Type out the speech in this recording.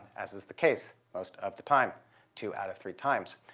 as is the case most of the time two out of three times.